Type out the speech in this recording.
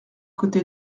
côté